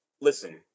listen